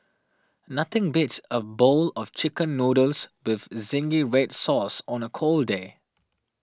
nothing beats a bowl of Chicken Noodles with Zingy Red Sauce on a cold day